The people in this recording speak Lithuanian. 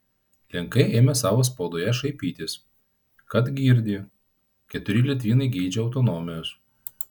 lenkai ėmė savo spaudoje šaipytis kad girdi keturi litvinai geidžia autonomijos